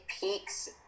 peaks